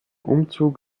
umzug